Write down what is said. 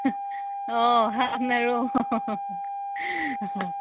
অঁ হাত নেৰোঁ